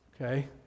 okay